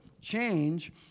Change